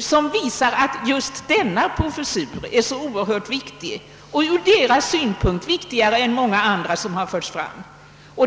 som visat att just en viss professur är oerhört viktig, ur deras synpunkt — viktigare än många andra som förts fram.